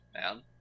man